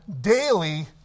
daily